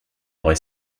aurai